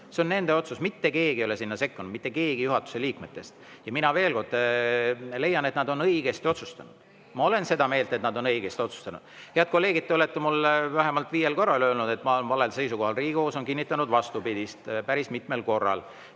See on nende otsus, mitte keegi ei ole sinna sekkunud, mitte keegi juhatuse liikmetest. Veel kord, mina leian, et nad on õigesti otsustanud. Ma olen seda meelt, et nad on õigesti otsustanud. Head kolleegid, te olete mulle vähemalt viiel korral öelnud, et ma olen valel seisukohal. Riigikohus on kinnitanud vastupidist päris mitmel korral.